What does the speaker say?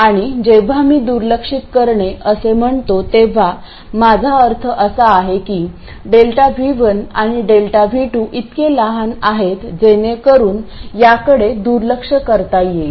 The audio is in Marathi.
आणि जेव्हा मी दुर्लक्षित करणे असे म्हणतो तेव्हा माझा अर्थ असा आहे की ΔV1 आणि ΔV2 इतके लहान आहेत जेणेकरून याकडे दुर्लक्ष करता येईल